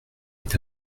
est